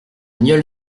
nieul